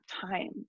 time